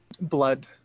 blood